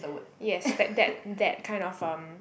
yes that that that kind of um